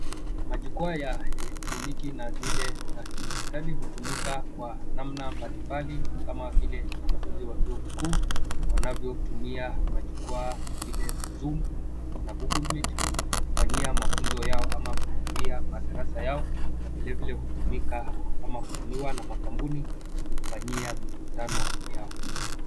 Majukwaa ya kielektroniki na vile za kidijitari hutumika kwa aina mbalimbali kama vile wanafunzi wa vyuo vikuu wanavyotumia majukwaa vile za zoom na Google meet kufanyia mafunzo yao ama kutumia madarasa yao, na vile vile kutumiwa na makampuni kufanyia mikutano yao.